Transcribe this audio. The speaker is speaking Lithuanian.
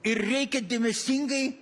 ir reikia dėmesingai